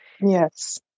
Yes